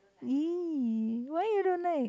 !ee! why you don't like